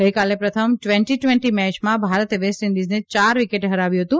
ગઈકાલે પ્રથમ twenty twenty મેયમાં ભારતે વેસ્ટ ઇન્ડિઝને યાર વિકેટે હરાવ્યું હતું